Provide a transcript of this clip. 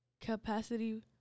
capacity